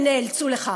הם נאלצו לכך.